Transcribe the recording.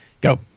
Go